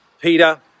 Peter